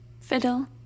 Fiddle